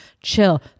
chill